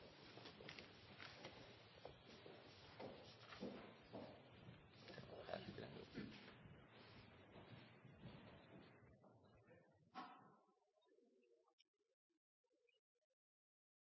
Det har så